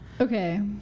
Okay